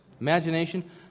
Imagination